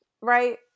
right